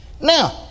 Now